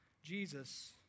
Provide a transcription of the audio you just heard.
Jesus